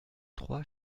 trois